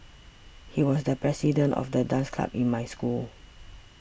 he was the president of the dance club in my school